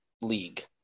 league